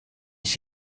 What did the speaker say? that